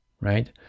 right